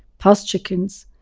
past chickens,